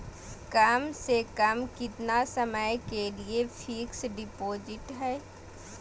कम से कम कितना समय के लिए फिक्स डिपोजिट है?